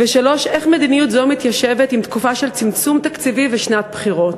3. איך מדיניות זו מתיישבת עם תקופה של צמצום תקציבי ושנת בחירות?